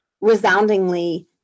resoundingly